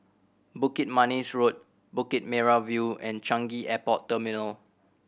Bukit Manis Road Bukit Merah View and Changi Airport Terminal